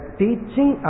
teaching